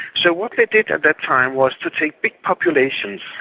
so what they did at that time was to take big populations,